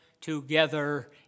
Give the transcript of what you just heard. together